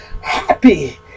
happy